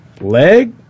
leg